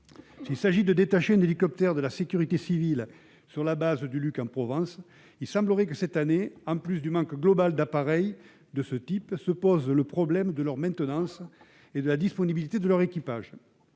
S'il s'agit de détacher un hélicoptère de la sécurité civile sur la base du Luc-en-Provence, il semblerait que, cette année, outre le manque global d'appareils de ce type, se pose le problème de leur maintenance et de la disponibilité de leur équipage.